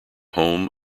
home